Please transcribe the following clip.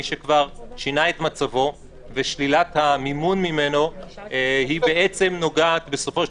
מי שכבר שינה את מצבו ושלילת המימון ממנו נוגעת בסופו של